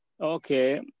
okay